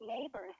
neighbors